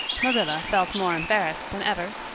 marilla felt more embarrassed than ever.